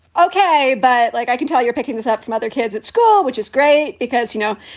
ok. but like i can tell, you're picking this up from other kids at school, which is great because, you know,